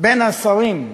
בין השרים,